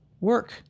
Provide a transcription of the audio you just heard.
work